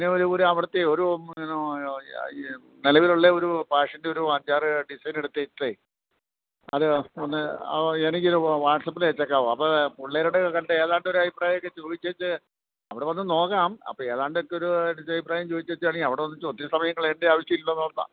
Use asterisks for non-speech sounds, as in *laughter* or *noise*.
അതിന് അവിടത്തെ ഒരു നിലവിലുള്ള ഒരു ഫാഷന്റെ ഒരു അഞ്ചാറ് ഡിസൈനെടുത്തിട്ടേ അത് ഒന്ന് എനിക്ക് വാട്സ്അപ്പില് അയച്ചേക്കാമോ അപ്പോള് പിള്ളേരുടെ കണ്ട് ഏതാണ്ടൊരഭിപ്രായമൊക്കെ ചോദിച്ചേച്ച് അവിടെ വന്നു നോക്കാം അപ്പോള് ഏതാണ്ടൊക്കെയൊരു *unintelligible* അഭിപ്രായം ചോദിച്ചേക്കുകയാണെങ്കില് അവിടെ വന്നിട്ട് ഒത്തിരി സമയം കളയേണ്ട ആവശ്യമില്ലല്ലോന്നോർത്താണ്